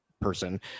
person